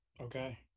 okay